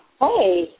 Hi